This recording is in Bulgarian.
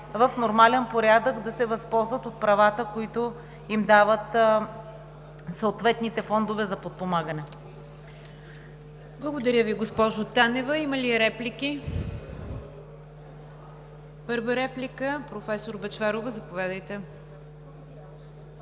в нормален порядък да се възползват от правата, които им дават съответните фондове за подпомагане. ПРЕДСЕДАТЕЛ НИГЯР ДЖАФЕР: Благодаря Ви, госпожо Танева. Има ли реплики? Първа реплика – професор Бъчварова, заповядайте.